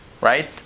right